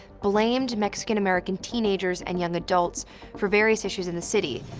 blamed mexican-american teenagers and young adults for various issues in the city,